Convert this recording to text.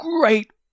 great